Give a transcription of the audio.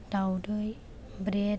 दाउदै ब्रेड